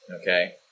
Okay